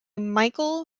michael